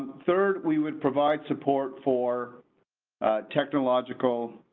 third, we would provide support for. a technological